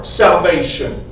salvation